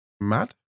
Mad